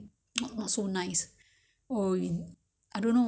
not so sweet and the not so flavourful